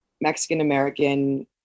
Mexican-American